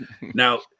Now